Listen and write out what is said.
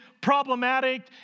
problematic